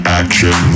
action